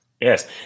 Yes